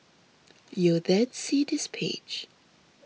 you'll then see this page